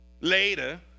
later